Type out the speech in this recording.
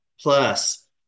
plus